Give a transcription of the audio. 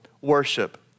worship